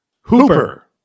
Hooper